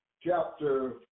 chapter